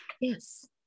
Yes